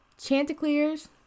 Chanticleers